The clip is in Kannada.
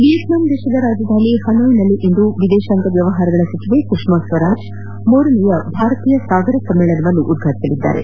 ವಿಯೆಟ್ನಾಂ ರಾಜಧಾನಿ ಹನ್ಯೊಯಿನಲ್ಲಿ ಇಂದು ವಿದೇಶಾಂಗ ವ್ಯವಹಾರಗಳ ಸಚಿವೆ ಸುಷಾಸ್ವರಾಜ್ ಮೂರನೇ ಭಾರತೀಯ ಸಾಗರ ಸಮ್ಮೇಳನವನ್ನು ಉದ್ಘಾಟಸಲಿದ್ದಾರೆ